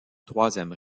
troisième